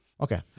Okay